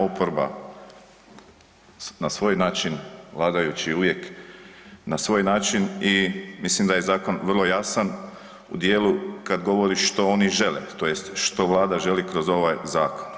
Oporba na svoj način, vladajući uvijek na svoj način i mislim da je zakon vrlo jasan u dijelu kada govori što oni žele tj. što Vlada želi kroz ovaj zakon.